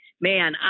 man